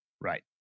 Right